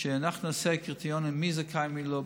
שנעשה קריטריונים מי זכאי ומי לא,